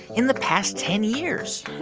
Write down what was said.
in the past ten years